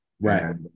Right